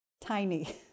tiny